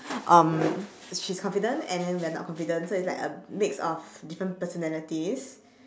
um sh~ she's confident and then we are not confident so it's like a mix of different personalities